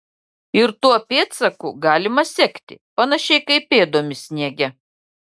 ir tuo pėdsaku galima sekti panašiai kaip pėdomis sniege